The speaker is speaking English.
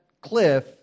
cliff